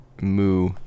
Moo